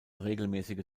regelmäßige